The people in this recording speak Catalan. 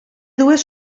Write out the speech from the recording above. dues